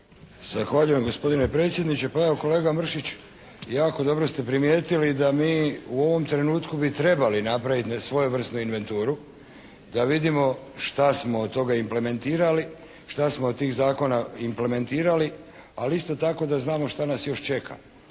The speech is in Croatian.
Zahvaljujem gospodine predsjedniče. Pa evo, kolega Mršić jako dobro ste primijetili da mi u ovom trenutku bi trebali napraviti ne svojevrsnu inventuru da vidimo šta smo od toga implementirali, šta smo od tih zakona implementirali, ali isto tako da znamo šta nas još čeka?